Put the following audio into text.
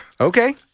okay